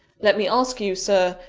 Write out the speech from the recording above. let me ask you, sir,